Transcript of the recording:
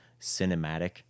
cinematic